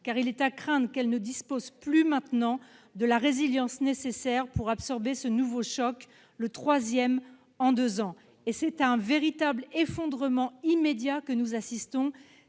car il est à craindre qu'elles ne disposent plus maintenant de la résilience nécessaire pour absorber ce nouveau choc, le troisième en deux ans. Ainsi, c'est à un véritable effondrement immédiat auquel nous assistons.